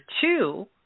two